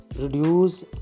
reduce